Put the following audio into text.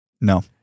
No